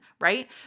Right